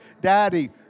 Daddy